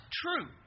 true